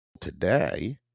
today